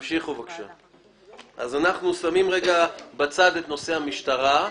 אנחנו שמים רגע בצד את נושא המשטרה.